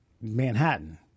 Manhattan